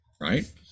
right